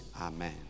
Amen